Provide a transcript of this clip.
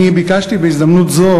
אני ביקשתי בהזדמנות זו,